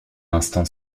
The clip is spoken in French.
instant